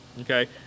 okay